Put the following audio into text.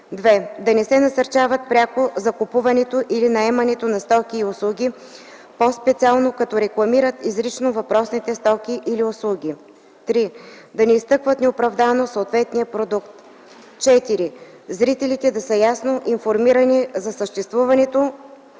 2. да не насърчават пряко закупуването или наемането на стоки и услуги, по-специално като рекламират изрично въпросните стоки или услуги; 3. да не изтъкват неоправдано съответния продукт; 4. зрителите да са ясно информирани за съществуването